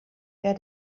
der